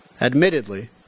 Admittedly